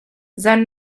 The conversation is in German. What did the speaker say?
sein